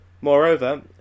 Moreover